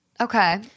Okay